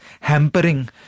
hampering